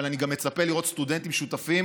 אבל אני גם מצפה לראות סטודנטים שותפים